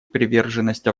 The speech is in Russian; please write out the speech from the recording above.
приверженность